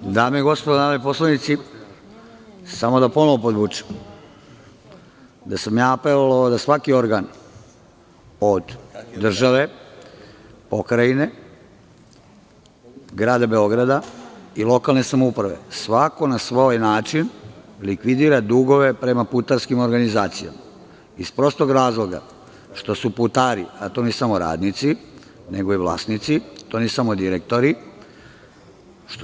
Dame i gospodo narodni poslanici, samo da ponovo podvučem da sam apelovao da svaki organ ovde države, pokrajine, grada Beograda i lokalne samouprave, svako na svoj način likvidira dugove prema putarskim organizacijama, iz prostog razloga što su putari, ne samo radnici, nego i vlasnici, to nisu samo direktori,